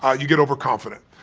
ah you get overconfident.